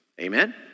amen